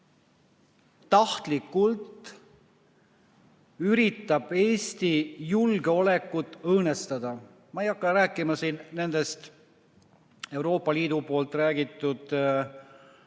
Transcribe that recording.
tahtlikult üritab Eesti julgeolekut õõnestada. Ma ei hakka rääkima siin nendest Euroopa Liidu räägitud ja